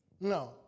No